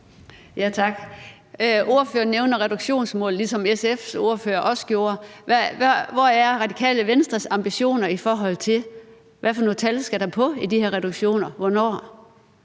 Tak. Ordføreren nævner reduktionsmål, ligesom SF's ordfører også gjorde. Hvor er Radikale Venstres ambitioner, i forhold til hvad for nogle tal der skal på de her reduktioner hvornår?